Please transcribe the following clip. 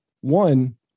one